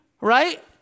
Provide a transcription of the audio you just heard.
right